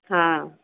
हँ